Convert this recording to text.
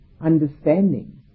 understanding